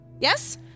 Yes